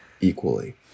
equally